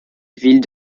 ville